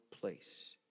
place